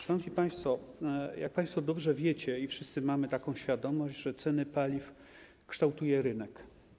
Szanowni państwo, jak dobrze wiecie, i wszyscy mamy taką świadomość, ceny paliw kształtuje rynek.